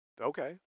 okay